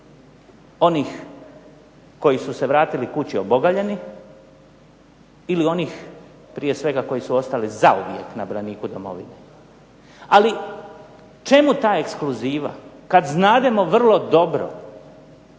onih koji su se vratili kući obogaljeni, ili onih prije svega koji su ostali zauvijek na braniku domovine. Ali čemu ta ekskluziva, kad znademo vrlo dobro